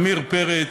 עמיר פרץ,